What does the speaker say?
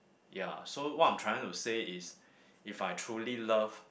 ya so what I'm trying to say is if I truly love